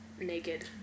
naked